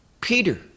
Peter